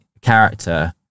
character